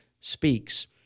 speaks